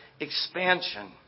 expansion